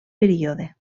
període